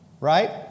Right